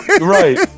right